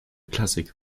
klassik